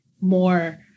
more